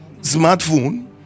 smartphone